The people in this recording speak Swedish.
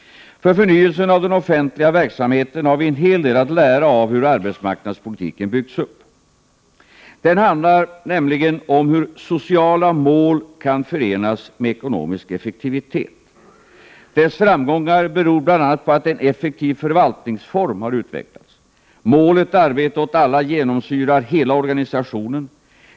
För förnyelsen av den offentliga verksamheten har vi en hel del att lära av hur arbetsmarknadspolitiken byggts upp. Arbetsmarknadspolitiken handlar nämligen om hur sociala mål kan förenas med ekonomisk effektivitet. Dess framgångar beror bl.a. på att en effektiv förvaltningsform har utvecklats. Målet arbete åt alla genomsyrar hela organisationen.